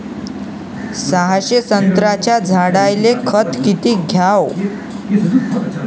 सहाशे संत्र्याच्या झाडायले खत किती घ्याव?